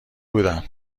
بودم